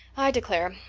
i declare,